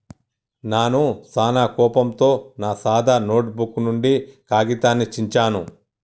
నాను సానా కోపంతో నా సాదా నోటుబుక్ నుండి కాగితాన్ని చించాను